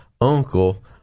uncle